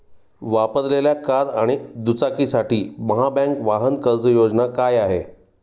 वापरलेल्या कार आणि दुचाकीसाठी महाबँक वाहन कर्ज योजना काय आहे?